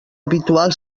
habitual